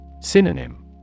Synonym